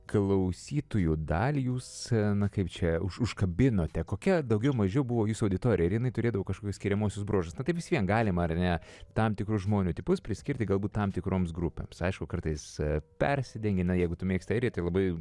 klausytojų dalį jūs na kaip čia už užkabinote kokia daugiau mažiau buvo jūsų auditorija ar jinai turėdavo kažkokius skiriamuosius bruožus nu tai vis vien galima ar ne tam tikrus žmonių tipus priskirti galbūt tam tikroms grupėms aišku kartais persidengia na jeigu tu mėgsti airiją tai labai